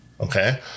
okay